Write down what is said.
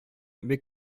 бик